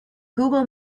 google